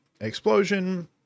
explosion